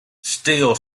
still